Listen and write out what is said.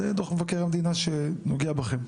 זה דוח מבקר המדינה שנוגע בכם,